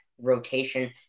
rotation